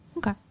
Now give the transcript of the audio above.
Okay